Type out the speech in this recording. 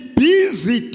busy